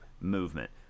movement